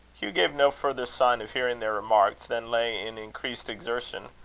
hugh gave no further sign of hearing their remarks than lay in increased exertion.